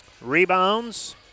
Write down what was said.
Rebounds